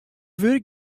wurk